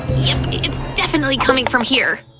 yep, it's definitely coming from here!